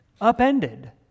upended